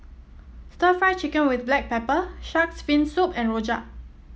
stir Fry Chicken with Black Pepper shark's fin soup and rojak